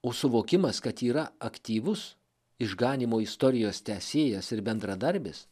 o suvokimas kad yra aktyvus išganymo istorijos tęsėjas ir bendradarbis